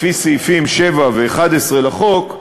לפי סעיפים 7 ו-11 לחוק,